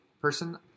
person